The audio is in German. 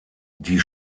die